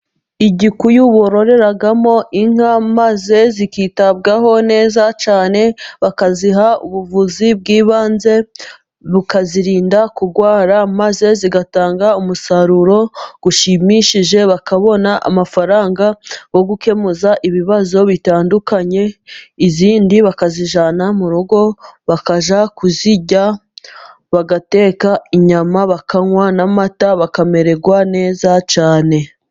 Igikuyu bororeramo inka maze zikitabwaho neza cyane, bakaziha ubuvuzi bw'ibanze, bukazirinda kurwara maze zigatanga umusaruro ushimishije, bakabona amafaranga yo gukemuza ibibazo bitandukanye, izindi bakazijyana mu rugo bakajya kuzirya, bagateka inyama, bakanywa n'amata, bakamererwa neza cyane.